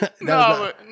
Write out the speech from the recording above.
No